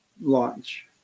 launch